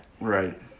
Right